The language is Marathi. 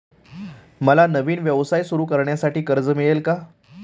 मला नवीन व्यवसाय सुरू करण्यासाठी कर्ज मिळेल का?